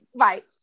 right